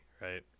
right